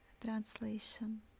Translation